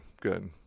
good